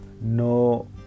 no